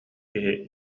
киһи